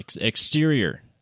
Exterior